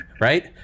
Right